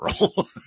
role